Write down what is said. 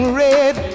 red